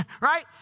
right